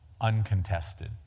uncontested